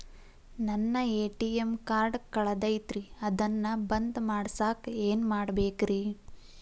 ನನ್ನ ATM card ಕಳದೈತ್ರಿ ಅದನ್ನ ಬಂದ್ ಮಾಡಸಾಕ್ ಏನ್ ಮಾಡ್ಬೇಕ್ರಿ?